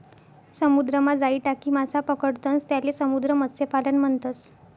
समुद्रमा जाई टाकी मासा पकडतंस त्याले समुद्र मत्स्यपालन म्हणतस